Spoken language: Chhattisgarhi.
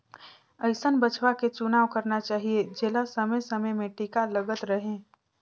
अइसन बछवा के चुनाव करना चाही जेला समे समे में टीका लगल रहें